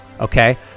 Okay